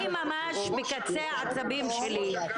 אני ממש בקצה העצבים שלי,